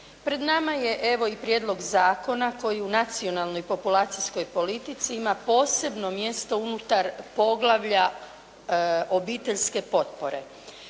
Pred nama je, evo i prijedlog zakona koji u nacionalnoj populacijskoj politici ima posebno mjesto unutar poglavlja obiteljske potpore.